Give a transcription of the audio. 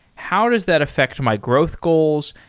how does that affect my growth goals?